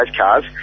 cars